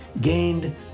gained